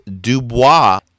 Dubois